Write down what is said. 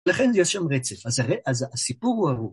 לכן יש שם רצף, אז הסיפור הוא ארוך.